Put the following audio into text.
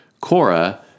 Cora